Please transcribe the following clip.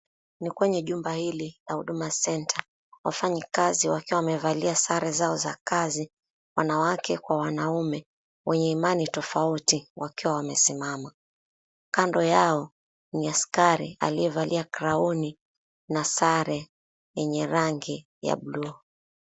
Ni kwenye jumba hili la Huduma Centre, wafanyikazi wakiwa wamevalia sare zao za kazi wanawake kwa wanaume wenye imani tofauti wakiwa wamesimama. Kando yao ni askari aliyevalia kiraoni na sare yenye rangi ya buluu.